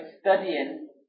studying